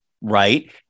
right